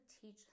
teach